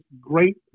great